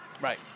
Right